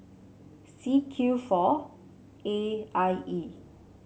C Q four A I E